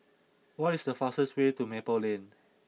what is the fastest way to Maple Lane